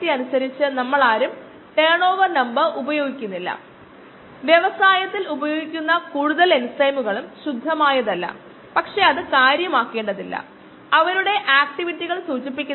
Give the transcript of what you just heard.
ഇതാണ് നമ്മൾ കണ്ടത്നമ്മൾ നേരത്തെ പറഞ്ഞതും ഡാറ്റയെയാണ് ഇത് കാണിക്കുന്നത്